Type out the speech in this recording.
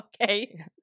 Okay